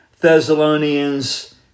Thessalonians